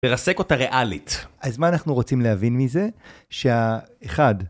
לרסק אותה ריאלית. אז מה אנחנו רוצים להבין מזה? שהאחד...